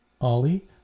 Ollie